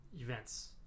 events